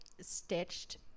stitched